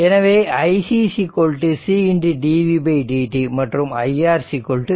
எனவே iC C dv dt மற்றும் iR vR